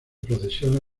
procesiona